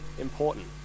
important